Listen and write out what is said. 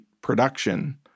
production